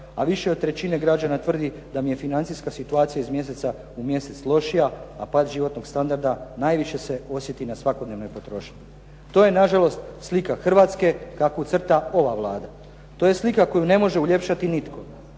a više od trećine građana tvrdi da im je financijska situacija iz mjeseca u mjesec lošija, a pad životnog standarda najviše se osjeti na svakodnevnoj potrošnji. To je nažalost slika Hrvatske kakvu crta ova Vlada, to je slika koju ne može uljepšati nitko,